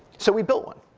so we built one.